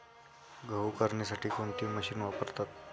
गहू करण्यासाठी कोणती मशीन वापरतात?